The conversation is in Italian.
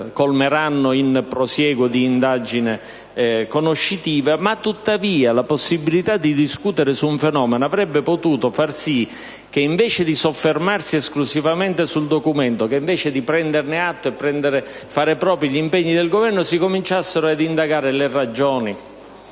colmeranno in prosieguo di inchiesta; tuttavia, la possibilità di discutere su un fenomeno avrebbe potuto far sì che, invece di soffermarsi esclusivamente sul documento, di prenderne atto e di fare propri gli impegni del Governo, si cominciassero ad indagare le ragioni,